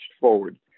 forward